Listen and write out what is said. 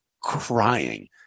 crying